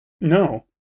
No